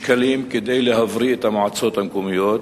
שקלים רק כדי להבריא את המועצות המקומיות,